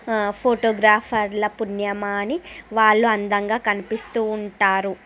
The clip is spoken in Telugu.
ఫోటోగ్రాఫర్ల పుణ్యమా అని వాళ్ళు అందంగా కనిపిస్తు ఉంటారు